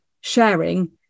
sharing